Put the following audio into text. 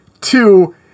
Two